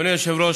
אדוני היושב-ראש,